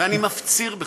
ואני מפציר בך: